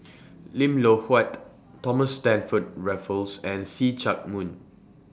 Lim Loh Huat Thomas Stamford Raffles and See Chak Mun